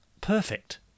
perfect